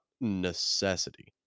necessity